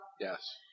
Yes